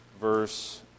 verse